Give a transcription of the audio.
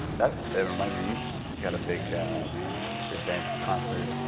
that reminds me, you got a big event concert,